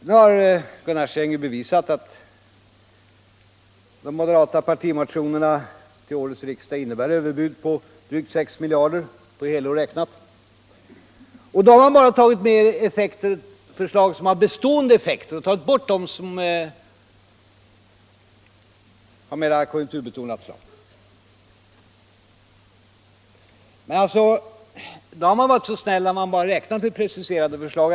Nu har Gunnar Sträng visat att de moderata partimotionerna till årets riksmöte innebär överbud på drygt 6 miljarder kronor på helår räknat. Då har man ändå bara tagit med förslag som har en bestående effekt och tagit bort de förslag som är mera konjunkturbetonade. Man har varit så snäll att man bara har räknat med preciserade förslag.